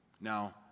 Now